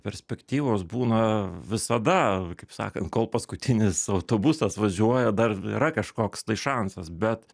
perspektyvos būna visada kaip sakant kol paskutinis autobusas važiuoja dar yra kažkoks tai šansas bet